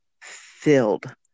filled